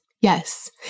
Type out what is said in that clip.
Yes